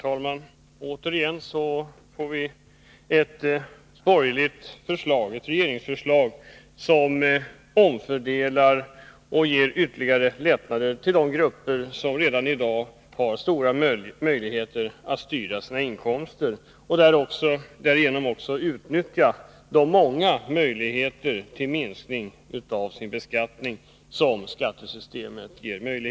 Herr talman! Återigen har vi fått ett borgerligt regeringsförslag som omfördelar och ger ytterligare lättnader till de grupper som redan i dag i stor utsträckning kan styra sina inkomster och därigenom också utnyttja de många möjligheter till minskning av beskattningen som skattesystemet erbjuder.